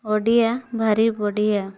ଓଡ଼ିଆ ଭାରି ବଢ଼ିଆ